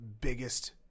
biggest